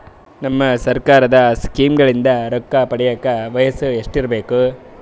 ನಮ್ಮ ಸರ್ಕಾರದ ಸ್ಕೀಮ್ಗಳಿಂದ ರೊಕ್ಕ ಪಡಿಯಕ ವಯಸ್ಸು ಎಷ್ಟಿರಬೇಕು?